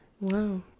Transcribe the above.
Wow